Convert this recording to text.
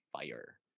fire